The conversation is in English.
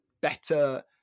better